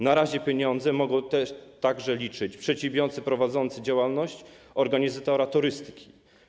Na razie na pieniądze mogą także liczyć przedsiębiorcy prowadzący działalność organizatora turystyki.